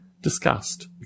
discussed